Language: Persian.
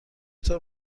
طور